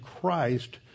Christ